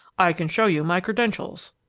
i can show you my credentials.